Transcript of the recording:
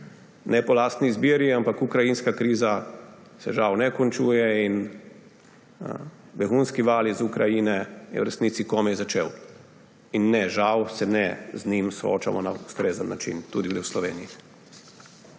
Ne po lastni izbiri, ampak ukrajinska kriza se žal ne končuje in begunski val iz Ukrajine se je v resnici komaj začel. In ne, žal se z njim ne soočamo na ustrezen način. Tudi mi v Sloveniji.